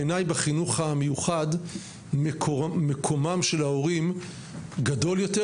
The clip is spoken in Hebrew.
בעיניי בחינוך המיוחד מקומם של ההורים גדול יותר,